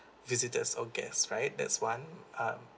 visitors or guests right that's one uh